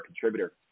contributor